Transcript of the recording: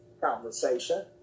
conversation